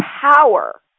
power